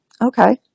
Okay